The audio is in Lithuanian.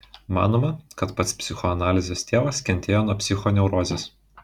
manoma kad pats psichoanalizės tėvas kentėjo nuo psichoneurozės